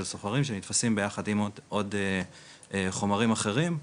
סוחרים שנתפסים ביחד עם עוד חומרים אחרים,